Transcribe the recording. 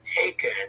taken